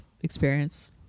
experience